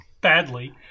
badly